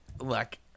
look